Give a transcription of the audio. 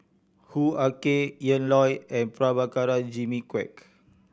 Hoo Ah Kay Ian Loy and Prabhakara Jimmy Quek